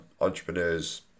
entrepreneurs